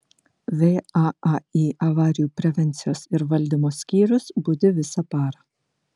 vaai avarijų prevencijos ir valdymo skyrius budi visą parą